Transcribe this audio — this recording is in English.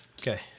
Okay